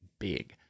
big